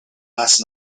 last